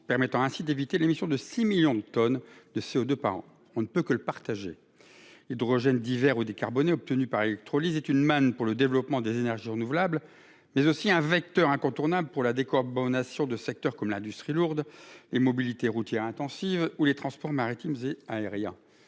permettant d'éviter l'émission de 6 millions de tonnes de CO2 par an. On ne peut qu'approuver un tel objectif. L'hydrogène dit vert ou décarboné obtenu par électrolyse est non seulement une manne pour le développement des énergies renouvelables, mais aussi un vecteur incontournable pour la décarbonation de secteurs comme l'industrie lourde, les mobilités routières intensives ou les transports maritimes et aériens.